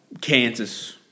Kansas